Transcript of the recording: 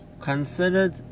considered